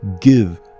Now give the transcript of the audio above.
give